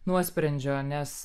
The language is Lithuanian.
nuosprendžio nes